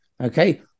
okay